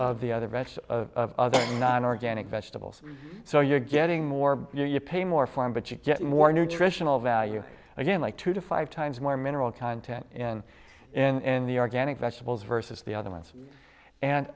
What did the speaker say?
of the other rest of other non organic vegetables so you're getting more you pay more for em but you get more nutritional value again like two to five times more mineral content in in the organic vegetables versus the other ones and